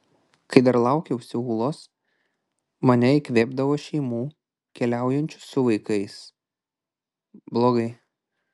kai dar laukiausi ūlos mane įkvėpdavo šeimų keliaujančių su vaikais blogai